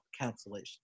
cancellation